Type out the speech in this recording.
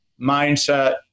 mindset